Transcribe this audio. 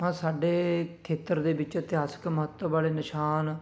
ਹਾਂ ਸਾਡੇ ਖੇਤਰ ਦੇ ਵਿੱਚ ਇਤਿਹਾਸਿਕ ਮੱਤ ਵਾਲੇ ਨਿਸ਼ਾਨ